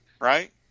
right